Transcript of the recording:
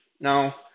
now